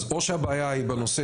אז או שהבעיה היא בנושא